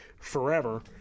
forever